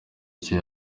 icyo